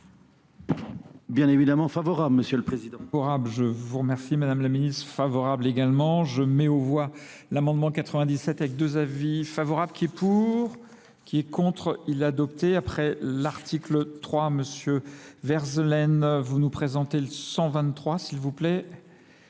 Bien évidemment favorable Monsieur le Président. Favorable, je vous remercie Madame la Ministre, favorable également. Je mets au voie l'amendement 97 avec deux avis favorables qui est pour, qui est contre, il est adopté. Après l'article 3 Monsieur Verzelaine, vous nous présentez le 123 s'il vous plaît.